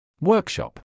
Workshop